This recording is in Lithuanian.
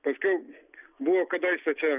paskiau buvo kadaise čia